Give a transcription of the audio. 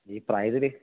ഈ പ്രായത്തില്